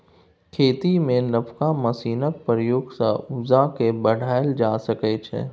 खेती मे नबका मशीनक प्रयोग सँ उपजा केँ बढ़ाएल जा सकै छै